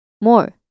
more